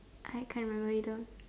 I can't remember either